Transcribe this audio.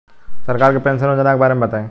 सरकार के पेंशन योजना के बारे में बताईं?